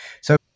So-